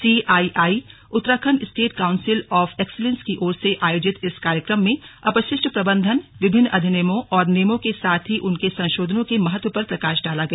C I I Uttarakhand state council of excellence की ओर से आयोजित इस कार्यक्रम में अपशिष्ट प्रबंधन विभिन्न अधिनियमों और नियमों के साथ ही उनके संशोधनों के महत्व पर प्रकाश डाला गया